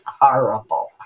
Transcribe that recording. horrible